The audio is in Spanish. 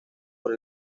por